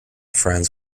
friends